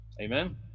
Amen